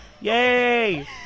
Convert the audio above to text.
Yay